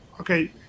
okay